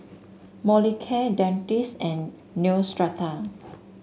Molicare Dentiste and Neostrata